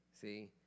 See